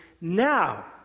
now